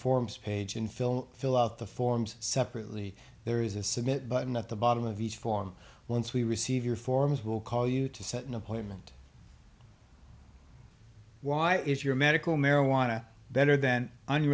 forms page and fill fill out the forms separately there is a submit button at the bottom of each form once we receive your forms will call you to set an appointment why is your medical marijuana better then